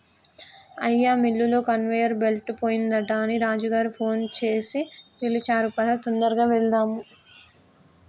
అయ్యా మిల్లులో conveyor belt పోయిందట అని రాజు గారు ఫోన్ సేసి పిలిచారు పదా తొందరగా వెళ్దాము